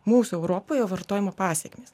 mūsų europoje vartojimo pasekmės